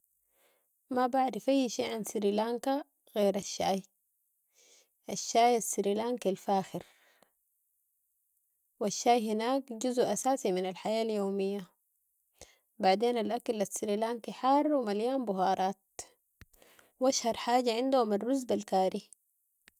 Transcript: ما بعرف اي شي عن سيريلانكا غير الشاي، الشاي السيرلانكي الفاخر و الشاي هناك جزو اساسي من الحياة اليومية، بعدين ال اكل السريلانكي حار و مليان بهارات و اشهر حاجة عنهم الرز بالكاري.